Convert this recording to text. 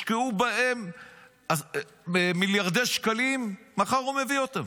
והושקעו בהם מיליארדי שקלים, מחר הוא מביא אותו.